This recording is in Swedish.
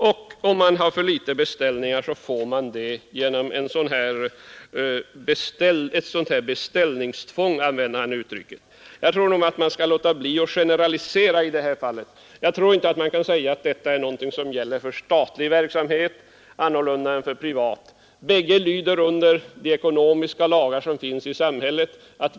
Och om företaget har för litet beställningar får det flera genom ett beställningstvång, som han uttrycker sig. Jag tror man skall låta bli att generalisera i det här fallet. Man kan nog inte göra gällande att det råder andra villkor för statlig verksamhet än för privat. Bägge lyder under de ekonomiska lagar som finns i samhället.